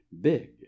big